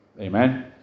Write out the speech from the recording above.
amen